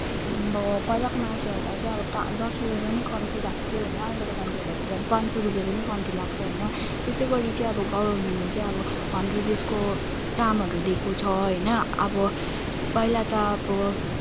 अब पहिलाको मान्छेहरूलाई चाहिँ अब दस रुपियाँ पनि कम्ती लाग्थ्यो होइन अहिलेको मान्छेहरूलाई त झन् पाँच सौ रुपियाँ पनि कम्ती लाग्छ होइन त्यसै गरी चाहिँ गभर्मेन्टले चाहिँ अब हन्ड्रेड डेजको कामहरू दिएको छ होइन अब पहिला त अब